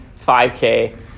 5k